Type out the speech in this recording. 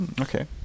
Okay